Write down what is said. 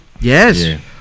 Yes